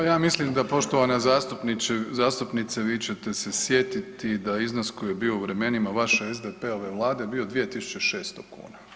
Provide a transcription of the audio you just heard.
Pa ja mislim da poštovana zastupnice vi ćete se sjetiti da iznos koji je bio u vremenima vaše SDP-ove bio 2.600 kuna.